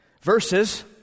Verses